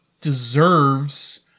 deserves